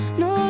no